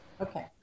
Okay